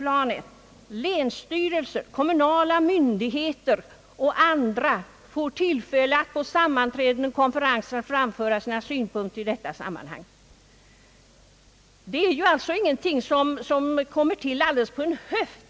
Länsstyrelser, kommunala myndigheter och andra får tillfälle att på sammanträden och konferenser framföra sina synpunkter. En nedläggelse kommer alltså inte till stånd så där bara på en höft.